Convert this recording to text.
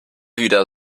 wieder